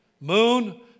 Moon